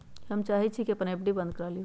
हम चाहई छी कि अपन एफ.डी बंद करा लिउ